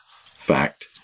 fact